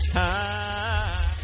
time